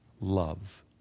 love